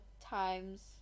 times